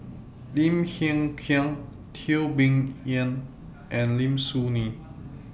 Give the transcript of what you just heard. Lim Hng Kiang Teo Bee Yen and Lim Soo Ngee